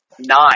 Nine